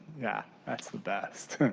yeah that's the best